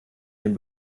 den